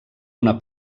una